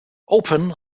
open